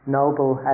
noble